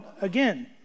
again